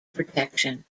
protection